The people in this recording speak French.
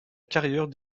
carrière